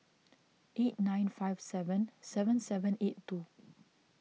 eight nine five seven seven seven eight two